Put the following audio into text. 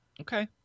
Okay